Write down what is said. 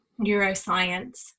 neuroscience